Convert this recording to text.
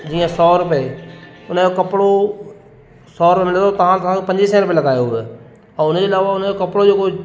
जीअं सौ रुपए उन जो कपिड़ो सौ रुपए मिलियो तव्हां असां पंज सौ रुपए लॻायो हुओ ऐं हुन जे अलावा हुन जो कपिड़ो जेको